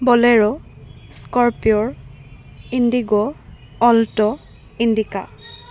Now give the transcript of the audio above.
bolero scorpio indigo alto Indica